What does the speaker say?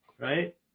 right